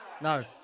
No